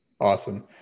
Awesome